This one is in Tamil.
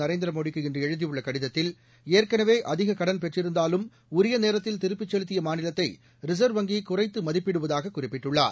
நரேந்திர மோடிக்கு இன்று எழுதியுள்ள கடிதத்தில் ஏற்கனவே அதிக கடன் பெற்றிருந்தாலும் உரிய நேரத்தில் திருப்பிச் செலுத்திய மாநிலத்தை ரிசர்வ் வங்கி குறைத்து மதிப்பிடுவதாக குறிப்பிட்டுள்ளார்